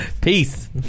Peace